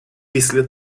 після